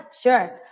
sure